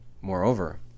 Moreover